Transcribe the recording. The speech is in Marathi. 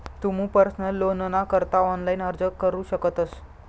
तुमू पर्सनल लोनना करता ऑनलाइन अर्ज करू शकतस